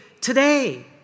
today